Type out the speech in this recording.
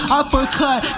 uppercut